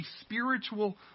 spiritual